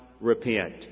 repent